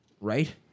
right